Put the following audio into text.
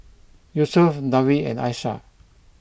Yusuf Dewi and Aishah